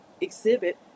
exhibit